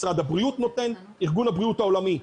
משרד הבריאות נותן וארגון הבריאות העולמי.